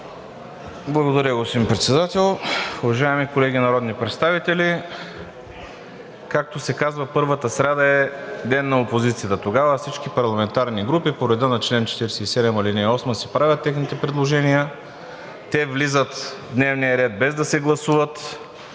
Благодаря, господин Председател. Уважаеми колеги народни представители, както се казва, първата сряда е ден на опозицията. Тогава всички парламентарни групи по реда на чл. 47, ал. 8 си правят техните предложения. Те влизат в дневния ред, без да се гласуват.